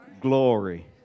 Glory